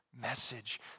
message